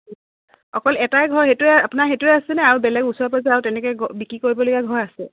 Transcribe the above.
অকল এটাই ঘৰ সেইটোৱে আপোনাৰ সেইটোৱে আছেনে আৰু বেলেগ ওচৰে পাঁজৰে আৰু তেনেকৈ বিক্ৰী কৰিবলগীয়া ঘৰ আছে